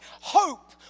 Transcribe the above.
hope